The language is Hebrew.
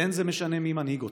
ואין זה משנה מי מנהיג אותה.